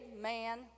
man